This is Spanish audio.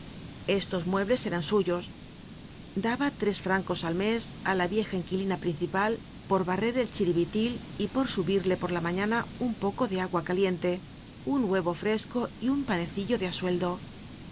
estos muebles eran suyos daba tres francos al mes á la vieja inquilina principal por barrer el chiribitil y por subirle por la mañana un poco de agua caliente un huevo fresco y un panecillo de á sueldo